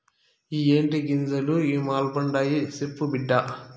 ఇయ్యే టీ గింజలు ఇ మల్పండాయి, సెప్పు బిడ్డా